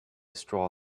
straw